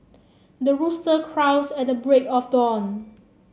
the rooster crows at the break of dawn